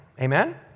Amen